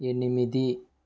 ఎనిమిది